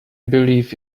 believe